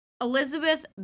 Elizabeth